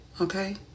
okay